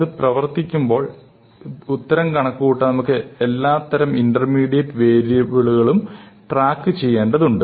അത് പ്രവർത്തിക്കുമ്പോൾ ഉത്തരം കണക്കുകൂട്ടാൻ നമുക്ക് എല്ലാത്തരം ഇന്റർമീഡിയറ്റ് വേരിയബിളുകളും ട്രാക്ക് ചെയ്യേണ്ടതുണ്ട്